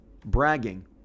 bragging